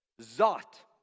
zot